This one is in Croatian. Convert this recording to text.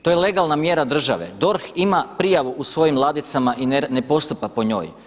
To je legalna mjera države, DORH ima prijavu u svojim ladicama i ne postupa po njoj.